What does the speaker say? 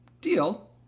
deal